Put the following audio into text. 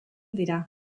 dira